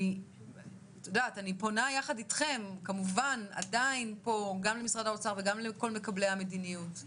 אני פונה יחד איתכם גם למשרד האוצר וגם לכל מקבלי המדיניות,